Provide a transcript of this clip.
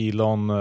Elon